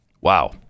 wow